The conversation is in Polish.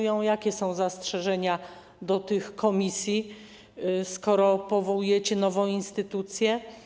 Jakie są zastrzeżenia co do tych komisji, skoro powołujecie nową instytucję?